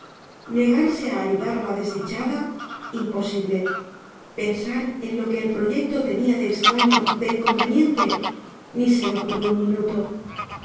negarse a ayudar a la desdichada imposible pensar en lo que el proyecto tenía de extraño de inconveniente ni se le ocurrió un minuto